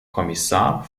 kommissar